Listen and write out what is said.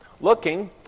looking